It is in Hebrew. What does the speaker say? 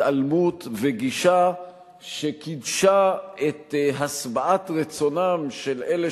התעלמות וגישה שקידשה את השבעת רצונם של אלה